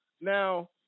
Now